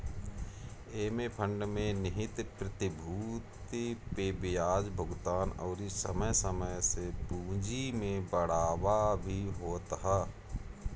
एमे फंड में निहित प्रतिभूति पे बियाज भुगतान अउरी समय समय से पूंजी में बढ़ावा भी होत ह